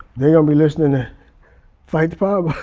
they'll be listening to fight the power